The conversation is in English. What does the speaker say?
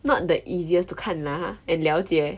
not the easiest to 看 lah ha and 了解